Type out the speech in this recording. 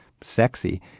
sexy